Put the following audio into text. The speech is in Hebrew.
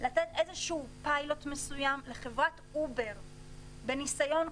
לתת פיילוט מסוים לחברת "אובר" בניסיון,